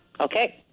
Okay